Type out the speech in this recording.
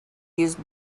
used